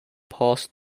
passed